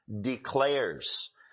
declares